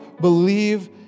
believe